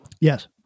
Yes